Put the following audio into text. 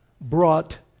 brought